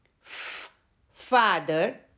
Father